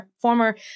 former